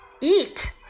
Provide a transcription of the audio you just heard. Eat